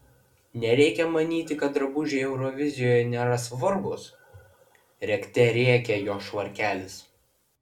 nereikia manyti kad drabužiai eurovizijoje nėra svarbūs rėkte rėkė jo švarkelis